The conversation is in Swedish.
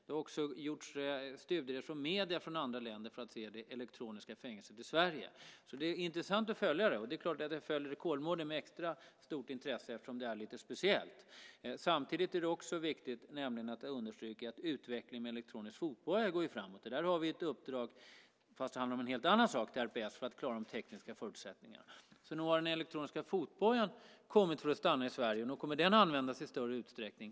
Det har också gjorts studieresor från medier i andra länder för att man ska titta på det elektroniska fängelset i Sverige. Det är alltså intressant att följa detta. Och det är klart att jag följer anstalten Kolmården med extra stort intresse eftersom den är lite speciell. Samtidigt är det också viktigt att understryka att utvecklingen med elektronisk fotboja går framåt. Där har vi ett uppdrag, även om det handlar om en helt annan sak, till RPS för att klara de tekniska förutsättningarna. Så nog har den elektroniska fotbojan kommit för att stanna i Sverige, och nog kommer den att användas i större utsträckning.